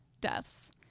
deaths